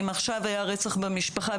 אם עכשיו היה רצח במשפחה,